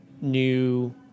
new